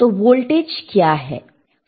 तो वोल्टेज क्या है